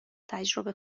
تجربه